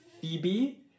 Phoebe